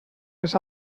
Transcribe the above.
les